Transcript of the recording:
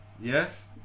Yes